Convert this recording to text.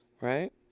Right